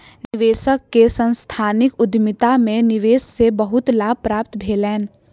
निवेशक के सांस्थानिक उद्यमिता में निवेश से बहुत लाभ प्राप्त भेलैन